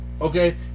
Okay